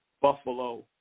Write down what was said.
Buffalo